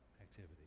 activity